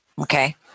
Okay